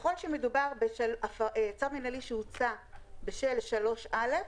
אם מדובר בצו מינהלי שהוצא בשל סעיף 3(א),